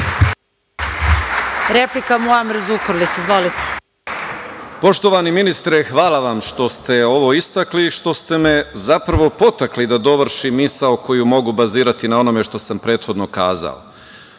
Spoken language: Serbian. **Muamer Zukorlić** Poštovani ministre, hvala vam što ste ovo istakli, što ste me zapravo potakli da dovršim misao koju mogu bazirati na onome što sam prethodno kazao. Vama,